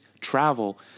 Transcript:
travel